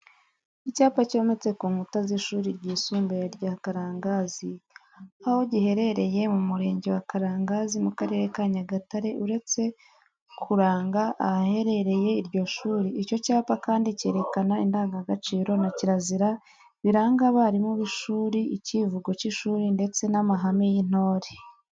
Icyapa cyometse ku nkuta z'ishuri ryisumbuye rya Karangazi, aho giherereye mu murenge wa Karangazi mu karere ka Nyagatare. Uretse kuranga ahaherereye iryo shuri, icyo cyapa kandi cyerekana indangagaciro na kirazira biranga abarimu b'ishuri, icyivugo cy'ishuri ndetse n'amahame y'intore.